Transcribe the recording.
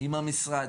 עם המשרד.